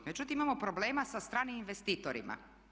Međutim, imamo problema sa stranim investitorima.